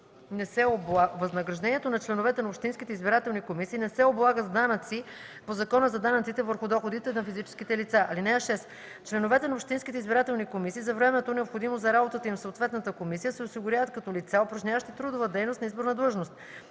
Възнаграждението на членовете на общинските избирателни комисии не се облага с данъци по Закона за данъците върху доходите на физическите лица. (6) Членовете на общинските избирателните комисии за времето, необходимо за работата им в съответната комисия, се осигуряват като лица, упражняващи трудова дейност на изборна длъжност.